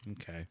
Okay